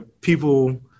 People